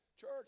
church